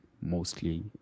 mostly